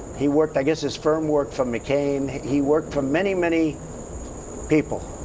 he worked, i guess his firm worked from mccain. he worked for many, many people,